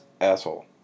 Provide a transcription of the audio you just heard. asshole